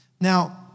Now